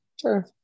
Sure